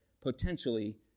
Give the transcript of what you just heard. potentially